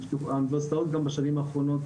האוניברסיטאות גם בשנים האחרונות,